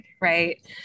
Right